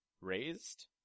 Raised